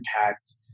impact